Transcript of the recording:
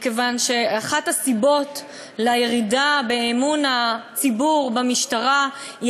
מכיוון שאחת הסיבות לירידה באמון הציבור במשטרה היא